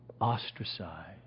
ostracized